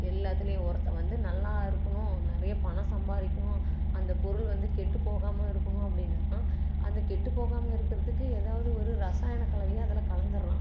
எல்லாத்திலையும் ஒருத்தன் வந்து நல்லா இருக்கணும் நிறைய பணம் சம்பாதிக்கணும் அந்த பொருள் வந்து கெட்டுப்போகாமல் இருக்கணும் அப்படின்னா அந்த கெட்டுப்போகாமல் இருக்கிறத்துக்கு எதாவது ஒரு ரசாயணக்கலவையை அதில் கலந்துடுறான்